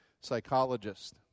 psychologist